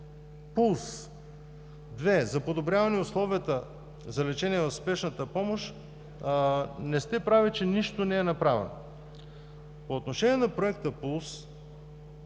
„Пулс 2“, за подобряване условията за лечение в спешната помощ, не сте прави, че нищо не е направено. По отношение на Проекта „Пулс“.